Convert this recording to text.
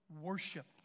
worship